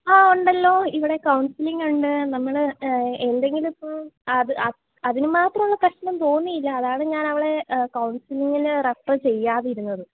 അ ഉണ്ടല്ലോ ഇവിടെ കൗൺസിലിങ് ഉണ്ട് നമ്മൾ എന്തെങ്കിലും ഇപ്പം അതിനുമാത്രമുള്ള പ്രശ്നം തോന്നിയില്ല അതാണ് ഞാൻ അവളെ കൗണ്സിലിങ്ങിന് റെഫർ ചെയ്യാതിരുന്നത്